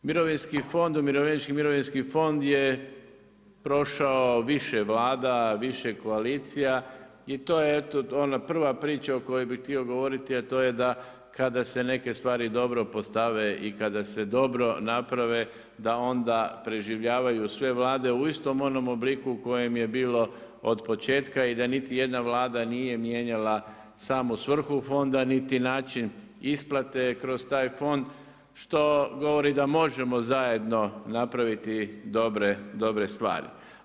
Umirovljenički mirovinski fond je prošao više vlada, više koalicija i to je ona prva priča o kojoj bi htio govoriti, a to je da kada se neke stvari dobro postave i kada se dobro naprave da onda preživljavaju sve vlade u istom onom obliku u kojem je bilo od početka i da niti jedna vlada nije mijenjala samu svrhu fonda niti način isplate kroz taj fond, što govori da možemo zajedno napraviti dobre stvari.